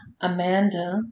Amanda